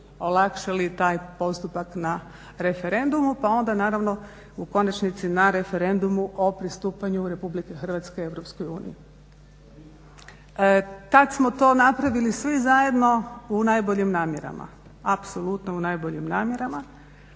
olakšali taj postupak na referendumu, pa onda naravno u konačnici na referendumu o pristupanju Republike Hrvatske EU. Tad smo to napravili svi zajedno u najboljim namjerama, apsolutno u najboljim namjerama.